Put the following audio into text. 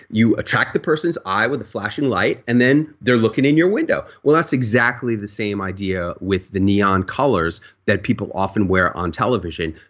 you attract the person's eye with a flashing light and then they're looking in your window well that's exactly the same idea with the neon colors that people often wear on television.